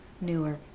newer